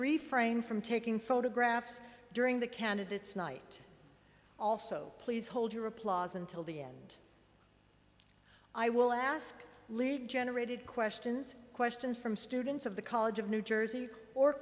refrain from taking photographs during the candidates night also please hold your applause until the end i will ask lead generated questions questions from students of the college of new jersey or